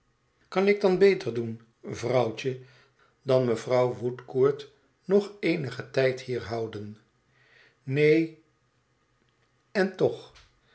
kan ik dan beter doen vrouwtje dan mevrouw woodcourt nog eenigen tijd hier houden neen en toch